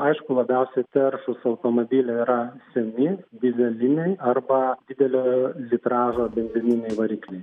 aišku labiausiai taršūs automobiliai yra seni dyzeliniai arba didelio litražo benzininiai varikliai